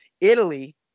Italy